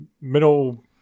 middle